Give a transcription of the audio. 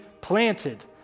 planted